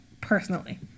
personally